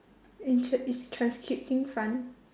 is transcripting fun